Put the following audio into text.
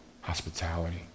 hospitality